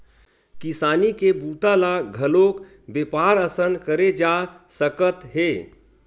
किसानी के बूता ल घलोक बेपार असन करे जा सकत हे